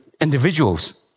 individuals